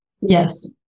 Yes